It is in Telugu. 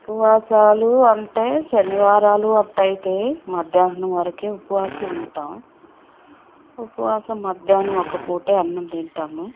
ఉపవాసాలు అంటే శనివారాలు అలా అయితే మధ్యాహ్నం వరకే ఉపవాసముంటాము ఉపవాసం మధ్యాహ్నం ఒక్క పూటే అన్నం తింటాము